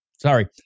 Sorry